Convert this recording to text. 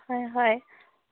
হয় হয়